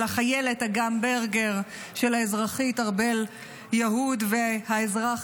של החיילת אגם ברגר ושל האזרחית ארבל יהוד והאזרח